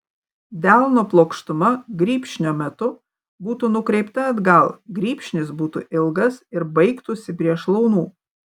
delno plokštuma grybšnio metu būtų nukreipta atgal grybšnis būtų ilgas ir baigtųsi prie šlaunų